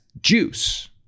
juice